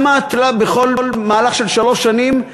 כמה בכל מהלך של שלוש שנים,